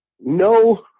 no